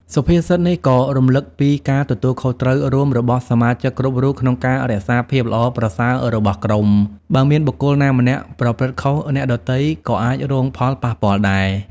សុភាសិតនេះក៏រំលឹកពី ការទទួលខុសត្រូវរួម របស់សមាជិកគ្រប់រូបក្នុងការរក្សាភាពល្អប្រសើររបស់ក្រុម បើមានបុគ្គលណាម្នាក់ប្រព្រឹត្តខុស អ្នកដទៃក៏អាចរងផលប៉ះពាល់ដែរ។